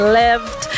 left